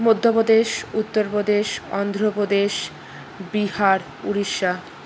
Madhya Pradesh Uttar Pradesh Andhra Pradesh Bihar Orissa